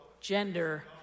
Gender